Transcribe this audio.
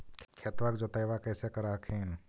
खेतबा के जोतय्बा कैसे कर हखिन?